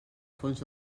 fons